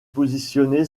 positionné